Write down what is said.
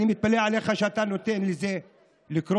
אני מתפלא עליך שאתה נותן לזה לקרות.